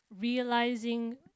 realizing